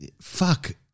Fuck